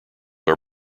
are